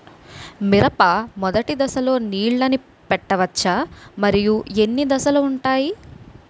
మిరప మొదటి దశలో నీళ్ళని పెట్టవచ్చా? మరియు ఎన్ని దశలు ఉంటాయి?